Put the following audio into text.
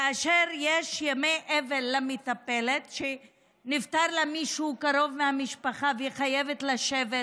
כאשר יש ימי אבל למטפלת כשנפטר מישהו קרוב מהמשפחה שלה והיא חייבת לשבת,